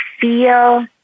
feel